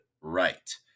right